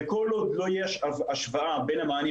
כל עוד לא תהיה השוואה בין המענים